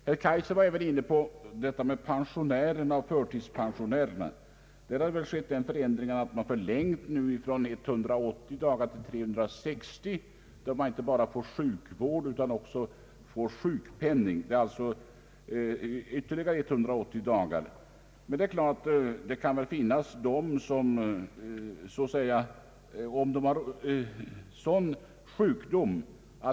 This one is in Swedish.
Herr Kaijser var inne på frågan angående pensionärerna och förtidspensionärerna. Här har den förändringen skett att man förlängt den fria sjukvårdstiden från 180 till 360 dagar då man alltså inte bara får sjukvård utan också sjukpenning.